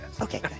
Okay